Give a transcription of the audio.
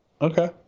okay